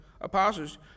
apostles